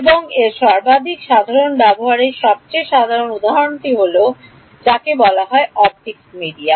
এবং এর সর্বাধিক সাধারণ ব্যবহারের সবচেয়ে সাধারণ উদাহরণটি যাকে বলা হয় অপটিক্সে মিডিয়া